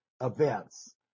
events